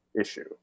issue